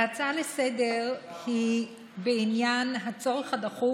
ההצעה לסדר-היום היא בעניין הצורך הדחוף